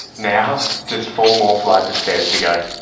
now just four more flights of stairs to go.